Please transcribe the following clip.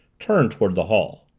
turned toward the hall.